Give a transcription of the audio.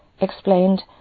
explained